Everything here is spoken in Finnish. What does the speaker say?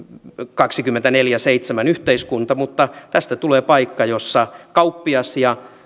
kaksikymmentäneljä kautta seitsemän yhteiskunta mutta tästä tulee paikka jossa kauppias ja